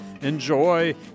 enjoy